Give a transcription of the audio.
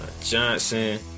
Johnson